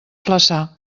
flaçà